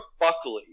Buckley